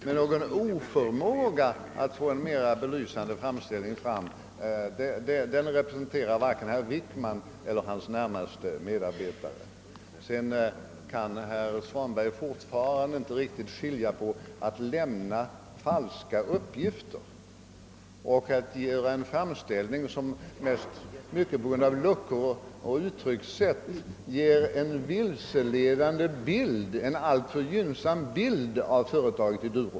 Men någon oförmåga att åstadkomma en mera belysande framställning är det inte fråga om vare sig när det gäller statsrådet Wickman eller hans närmaste medarbetare. Vidare kan herr Svanberg fortfarande inte riktigt skilja på att lämna falska uppgifter och att lämna en framställning som — mycket på grund av luckor och uttryckssätt — ger en alltför gynnsam och vilseledande bild av duroxföretaget.